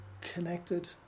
connected